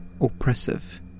oppressive